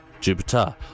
Jupiter